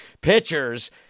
pitchers